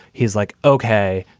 he's like, okay,